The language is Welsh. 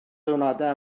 diwrnodau